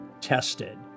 tested